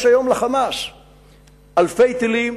אלפי טילים,